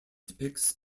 depicts